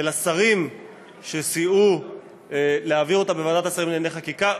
ולשרים שסייעו להעביר אותה בוועדת השרים לענייני חקיקה,